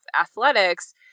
athletics